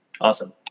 awesome